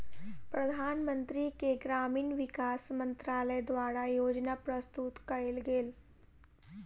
प्रधानमंत्री के ग्रामीण विकास मंत्रालय द्वारा योजना प्रस्तुत कएल गेल